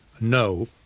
no